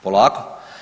Polako.